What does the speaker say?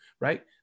right